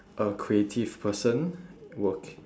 a creative person working